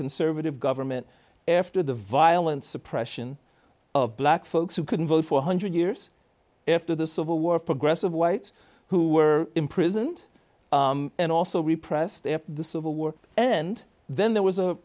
conservative government after the violent suppression of black folks who couldn't vote four hundred years after the civil war of progressive whites who were imprisoned and also repress their the civil war and then there was a